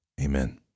Amen